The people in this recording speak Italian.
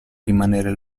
rimanere